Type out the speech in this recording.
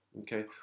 Okay